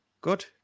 Good